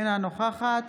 אינה נוכחת